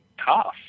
tough